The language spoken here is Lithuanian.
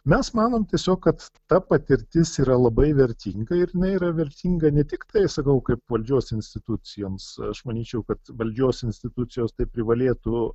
mes manom tiesiog kad ta patirtis yra labai vertinga ir jinai yra vertinga ne tiktai sakau kaip valdžios institucijoms aš manyčiau kad valdžios institucijos tai privalėtų